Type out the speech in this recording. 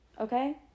Okay